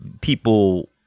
people